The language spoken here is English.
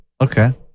Okay